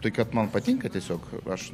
tai kad man patinka tiesiog aš